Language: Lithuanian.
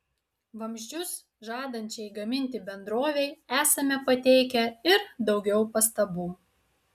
vamzdžius žadančiai gaminti bendrovei esame pateikę ir daugiau pastabų